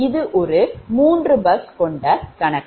இது ஒரு 3 பஸ் கொண்ட கணக்கு